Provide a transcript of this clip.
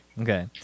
Okay